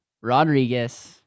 Rodriguez